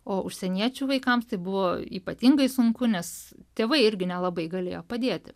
o užsieniečių vaikams tai buvo ypatingai sunku nes tėvai irgi nelabai galėjo padėti